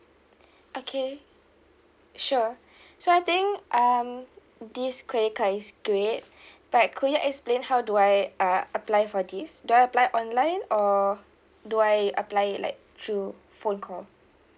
okay sure so I think um this credit card is great but could you explain how do I uh apply for this do I apply online or do I apply it like through phone call